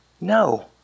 No